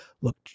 look